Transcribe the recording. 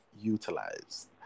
utilized